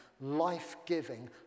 life-giving